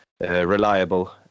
reliable